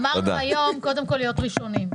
אמרנו היום קודם כל בשביל להיות ראשונים.